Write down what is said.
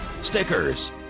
Stickers